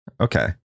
Okay